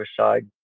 suicide